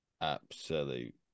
absolute